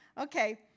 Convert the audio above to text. Okay